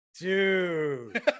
Dude